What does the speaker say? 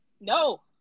No